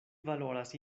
valoras